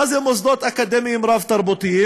מה זה מוסדות אקדמיים רב-תרבותיים?